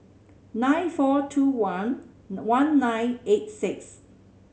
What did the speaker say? nine four two one one nine eight six